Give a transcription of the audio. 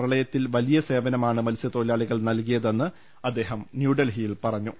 പ്രളയത്തിൽ വലിയ സേവനമാണ് മത്സ്യത്തൊഴിലാളികൾ നൽകിയതെന്ന് അദ്ദേഹം ന്യൂഡൽഹിയിൽ പറഞ്ഞു